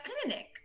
clinic